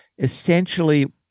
Essentially